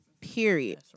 period